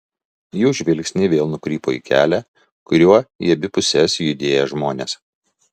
jų žvilgsniai vėl nukrypo į kelią kuriuo į abi puses judėjo žmonės